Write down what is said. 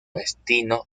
destino